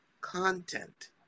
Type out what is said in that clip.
content